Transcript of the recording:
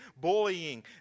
bullying